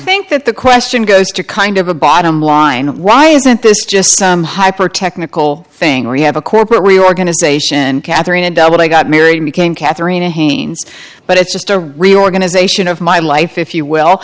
think that the question goes to kind of a bottom line why isn't this just some hyper technical thing where you have a corporate reorganization catherine and when i got married became katherina but it's just a reorganization of my life if you will